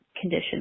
condition